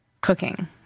cooking